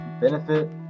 benefit